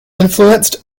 influenced